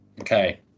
Okay